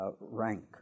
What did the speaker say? rank